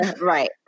right